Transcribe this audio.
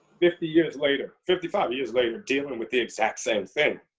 fifty years later, fifty five years later, dealing with the exact same thing.